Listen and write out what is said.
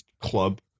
club